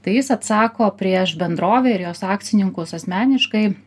tai jis atsako prieš bendrovę ir jos akcininkus asmeniškai